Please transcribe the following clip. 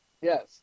yes